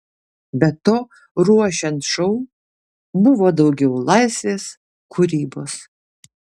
be to ruošiant šou buvo daugiau laisvės kūrybos